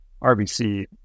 RBC